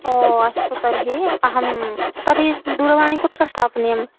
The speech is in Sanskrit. अस्तु तर्हि अहं तर्हि दूरवाणी कुत्र स्थापनीयं